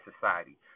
society